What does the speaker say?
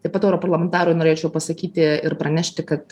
taip pat europarlamentarui norėčiau pasakyti ir pranešti kad